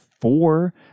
four